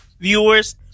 viewers